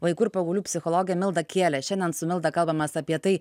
vaikų ir paauglių psichologė milda kielė šiandien su milda kalbamės apie tai